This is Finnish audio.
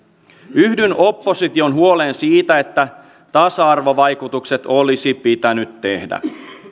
yhdyn opposition huoleen siitä että tasa arvovaikutukset olisi pitänyt tehdä